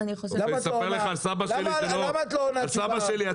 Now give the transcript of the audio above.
לסבא שלי,